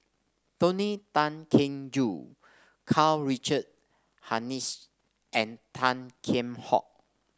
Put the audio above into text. Tony Tan Keng Joo Karl Richard Hanitsch and Tan Kheam Hock